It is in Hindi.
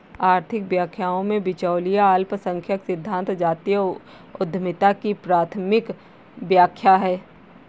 आर्थिक व्याख्याओं में, बिचौलिया अल्पसंख्यक सिद्धांत जातीय उद्यमिता की प्राथमिक व्याख्या है